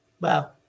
Wow